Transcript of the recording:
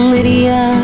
Lydia